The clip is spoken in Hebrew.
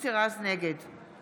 נגד